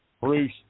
Bruce